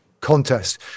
contest